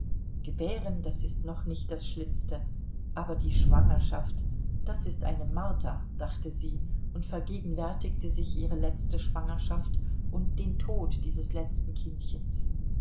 gebären das ist noch nicht das schlimmste aber die schwangerschaft das ist eine marter dachte sie und vergegenwärtigte sich ihre letzte schwangerschaft und den tod dieses letzten kindchens